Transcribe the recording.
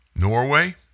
Norway